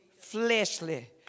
fleshly